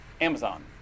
Amazon